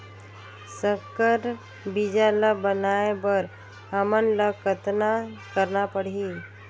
संकर बीजा ल बनाय बर हमन ल कतना करना परही?